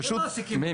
מי?